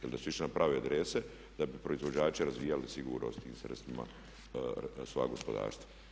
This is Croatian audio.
Jer da su išle na prave adrese, da bi proizvođači razvijali sigurnost tim sredstvima svoja gospodarstva.